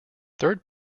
third